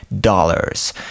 dollars